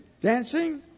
dancing